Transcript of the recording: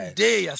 day